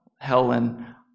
Helen